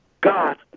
God